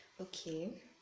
Okay